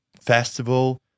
festival